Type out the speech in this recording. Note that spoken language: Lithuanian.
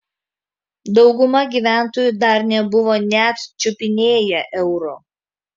dauguma gyventojų dar nebuvo net čiupinėję euro